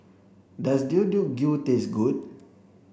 does Deodeok Gui taste good